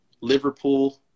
Liverpool